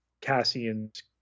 Cassian's